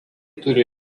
turi